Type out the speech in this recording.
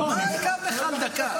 מה יכאב לך על דקה?